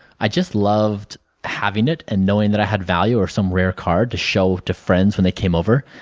i just loved having it and knowing that i had value or some rare card to show to friends when they came over,